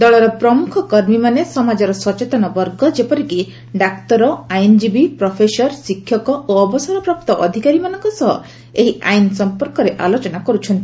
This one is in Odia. ଦଳର ପ୍ରମୁଖ କର୍ମୀମାନେ ସମାଜର ସଚେତନ ବର୍ଗ ଯେପରିକି ଡାକ୍ତର ଆଇନଜୀବୀ ପ୍ରଫେସର ଶିକ୍ଷକ ଓ ଅବସରପ୍ରାପ୍ତ ଅଧିକାରୀମାନଙ୍କ ସହ ଏହି ଆଇନ ସମ୍ପର୍କରେ ଆଲୋଚନା କର୍ରଛନ୍ତି